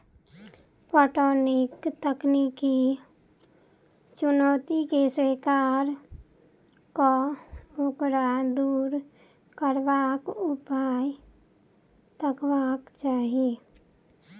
पटौनीक तकनीकी चुनौती के स्वीकार क ओकरा दूर करबाक उपाय तकबाक चाही